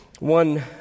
One